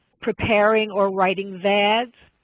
preparing or writing vads,